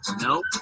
Nope